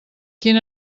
quin